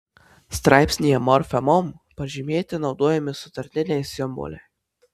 straipsnyje morfemom pažymėti naudojami sutartiniai simboliai